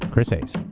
chris hayes.